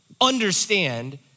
understand